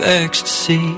ecstasy